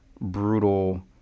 brutal